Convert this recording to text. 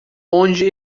onde